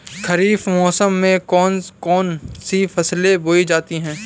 खरीफ मौसम में कौन कौन सी फसलें बोई जाती हैं?